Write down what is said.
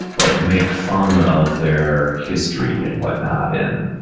but make fun of their history and whatnot and,